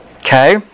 Okay